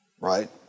right